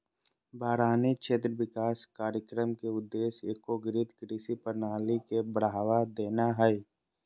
बारानी क्षेत्र विकास कार्यक्रम के उद्देश्य एगोकृत कृषि प्रणाली के बढ़ावा देना हइ